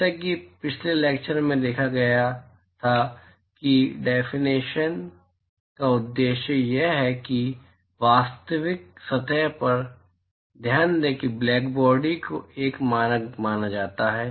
जैसा कि पिछले लैक्चर में देखा गया था ऐसी डेफिनेशंस का उद्देश्य यह है कि वास्तविक सतह पर ध्यान दें कि ब्लैकबॉडी को एक मानक माना जाता है